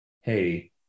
hey